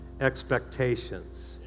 expectations